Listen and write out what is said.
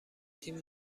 تیم